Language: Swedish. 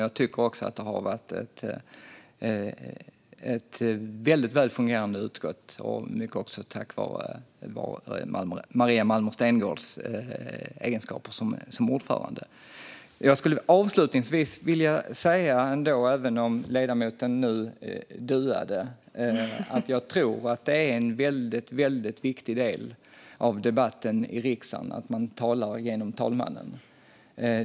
Jag tycker också att det har varit ett väldigt väl fungerande utskott, mycket tack vare Maria Malmer Stenergards egenskaper som ordförande. Även om ledamoten nu duade skulle jag vilja säga att jag tror att det är en väldigt viktig del av debatten i riksdagen att man talar genom talmannen.